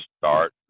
start